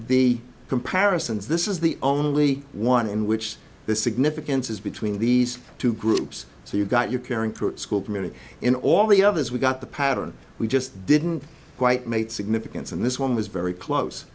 the comparisons this is the only one in which the significance is between these two groups so you've got your caring through school community in all the others we've got the pattern we just didn't quite make it significance and this one was very close